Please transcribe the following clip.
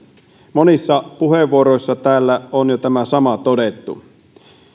monissa puheenvuoroissa täällä on jo tämä sama todettu